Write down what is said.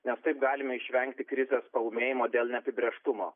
nes taip galime išvengti krizės paūmėjimo dėl neapibrėžtumo